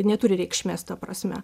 neturi reikšmės ta prasme